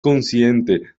consciente